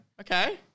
okay